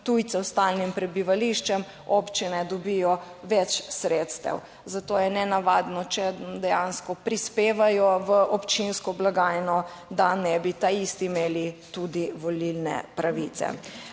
tujcev s stalnim prebivališčem občine dobijo več sredstev, zato je nenavadno, če dejansko prispevajo v občinsko blagajno, da ne bi ta isti imeli tudi volilne pravice.